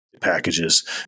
packages